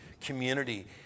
community